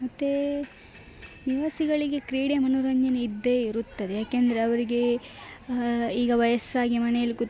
ಮತ್ತು ನಿವಾಸಿಗಳಿಗೆ ಕ್ರೀಡೆಯ ಮನೋರಂಜನೆ ಇದ್ದೇ ಇರುತ್ತದೆ ಏಕೆಂದ್ರೆ ಅವ್ರಿಗೆ ಈಗ ವಯಸ್ಸಾಗಿ ಮನೆಲಿ ಕುಳ್ತ್